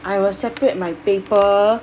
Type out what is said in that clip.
I will separate my paper